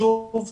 חוסר